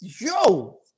Yo